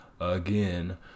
again